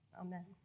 Amen